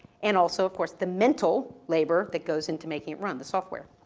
and also of course the mental labor that goes into making it run, the software.